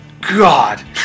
God